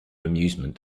amusement